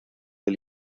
del